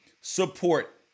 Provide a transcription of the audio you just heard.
support